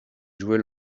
jouaient